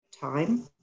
time